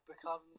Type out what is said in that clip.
become